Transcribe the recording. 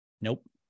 nope